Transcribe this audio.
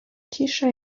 cisza